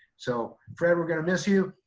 so fred, we're gonna miss you.